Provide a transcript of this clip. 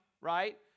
right